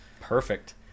Perfect